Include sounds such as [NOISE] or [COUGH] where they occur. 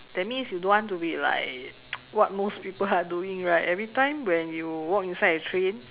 that means you don't want to be like [NOISE] what most people are doing right every time when you walk inside a train